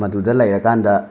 ꯃꯗꯨꯗ ꯂꯩꯔꯀꯥꯟꯗ